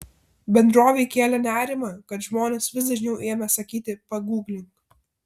bendrovei kėlė nerimą kad žmonės vis dažniau ėmė sakyti paguglink